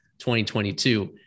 2022